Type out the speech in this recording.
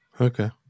Okay